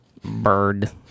Bird